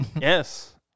Yes